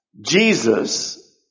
Jesus